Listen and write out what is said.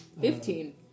Fifteen